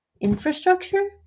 infrastructure